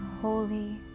holy